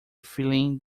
feeling